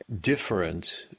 different